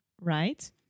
right